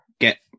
get